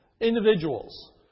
individuals